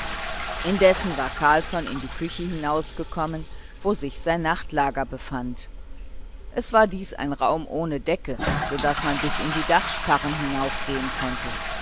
indessen war carlsson in die küche hinausgekommen wo sich sein nachtlager befand es war dies ein raum ohne decke so daß man bis in die dachsparren hinaufsehen konnte